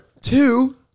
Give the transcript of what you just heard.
Two